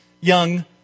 young